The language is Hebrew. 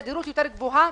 תדירות יותר גבוהה,